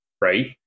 right